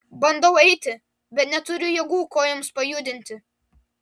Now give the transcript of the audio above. bandau eiti bet neturiu jėgų kojoms pajudinti